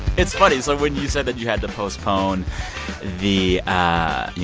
it's funny so when you said that you had to postpone the, ah you